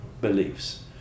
beliefs